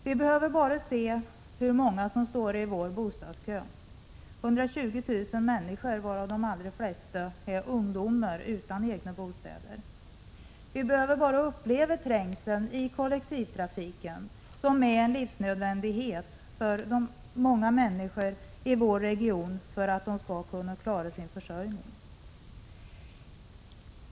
Vi behöver bara tänka på hur många som står i vår bostadskö: 120 000 människor, varav de allra flesta är ungdomar utan egna bostäder. Och vi behöver bara uppleva trängseln i kollektivtrafiken. Denna trafik är livsnödvändig för de många människorna i vår region och en förutsättning för att de skall kunna klara sin försörjning.